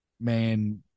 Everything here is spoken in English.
man